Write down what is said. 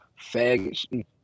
faggot